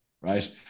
right